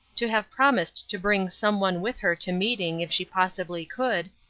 to have promised to bring some one with her to meeting if she possibly could,